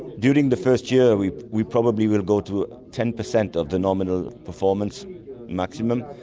during the first year we we probably will go to ten percent of the nominal performance maximum,